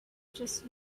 just